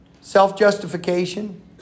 self-justification